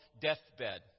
Deathbed